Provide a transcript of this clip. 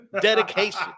Dedication